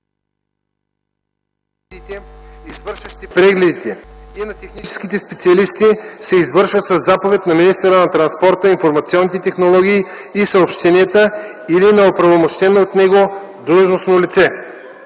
извършващи прегледите, и на техническите специалисти се извършва със заповед на министъра на транспорта, информационните технологии и съобщенията или на оправомощено от него длъжностно лице.